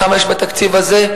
כמה יש בתקציב הזה?